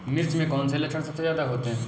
मिर्च में कौन से लक्षण सबसे ज्यादा होते हैं?